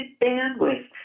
bandwidth